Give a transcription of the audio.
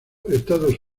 estados